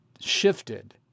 shifted